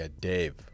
Dave